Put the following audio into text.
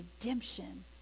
redemption